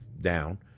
down